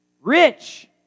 rich